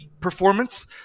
performance